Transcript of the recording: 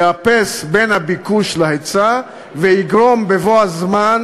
יאפס את הפער בין הביקוש וההיצע ויגרום בבוא הזמן